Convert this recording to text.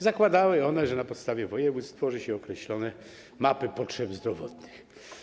Zakładała ona, że na poziomie województw tworzy się określone mapy potrzeb zdrowotnych.